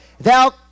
thou